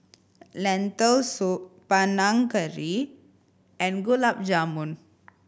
Lentil Soup Panang Curry and Gulab Jamun